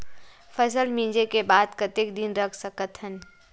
फसल मिंजे के बाद कतेक दिन रख सकथन?